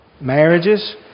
marriages